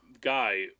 guy